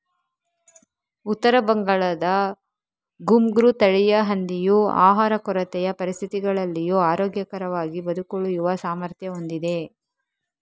ಉತ್ತರ ಬಂಗಾಳದ ಘುಂಗ್ರು ತಳಿಯ ಹಂದಿಯು ಆಹಾರ ಕೊರತೆಯ ಪರಿಸ್ಥಿತಿಗಳಲ್ಲಿಯೂ ಆರೋಗ್ಯಕರವಾಗಿ ಬದುಕುಳಿಯುವ ಸಾಮರ್ಥ್ಯ ಹೊಂದಿದೆ